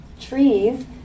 trees